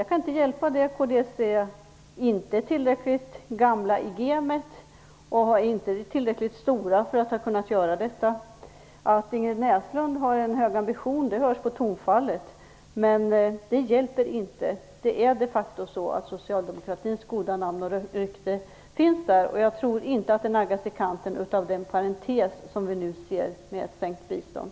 Det kan inte hjälpas att kds inte är tillräckligt gammalt i gamet och inte är tillräckligt stort för att kunna göra det. Att Ingrid Näslund har en hög ambition, det hörs på tonfallet. Men det hjälper inte. Det är de facto så att socialdemokratins goda namn och rykte existerar. Och jag tror inte att det naggas i kanten av den parentes som vi nu kan se med sänkt bistånd.